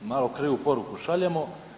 Malo krivu poruku šaljemo.